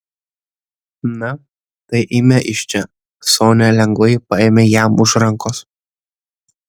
na tai eime iš čia sonia lengvai paėmė jam už rankos